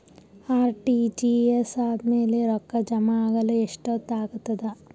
RTGS ಆದ್ಮೇಲೆ ರೊಕ್ಕ ಜಮಾ ಆಗಲು ಎಷ್ಟೊತ್ ಆಗತದ?